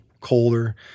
colder